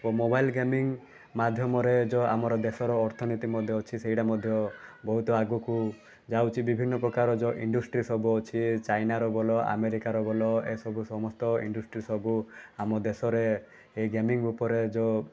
ଓ mobile gaming ମାଧ୍ୟମରେ ଏ ଯେଉଁ ଆମର ଦେଶର ଅର୍ଥନୀତି ମଧ୍ୟ ଅଛି ସେଇଟା ମଧ୍ୟ ବହୁତ ଆଗକୁ ଯାଉଛି ବିଭିନ୍ନ ପ୍ରକାର ଯେଉଁ ଇଣ୍ଡଷ୍ଟ୍ରି ସବୁ ଅଛି ଏ ଚାଇନାର ବୋଲ ଆମେରିକାର ବୋଲ ଏସବୁ ସମସ୍ତ ଇଣ୍ଡଷ୍ଟ୍ରି ସବୁ ଆମ ଦେଶରେ ଏ ଗେମିଙ୍ଗ୍ ଉପରେ ଯେଉଁ